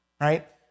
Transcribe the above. right